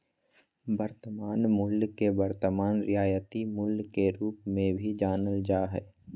वर्तमान मूल्य के वर्तमान रियायती मूल्य के रूप मे भी जानल जा हय